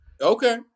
Okay